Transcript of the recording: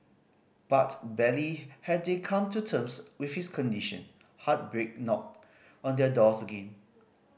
but barely had they come to terms with his condition heartbreak knocked on their doors again